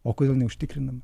o kodėl neužtikrinama